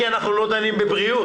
כי אנחנו לא דנים בבריאות.